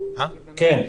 כן.